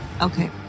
Okay